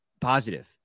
positive